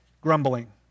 Grumbling